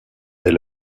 est